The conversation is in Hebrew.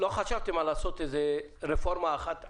לא חשבתם לעשות איזו רפורמה אחת אחידה?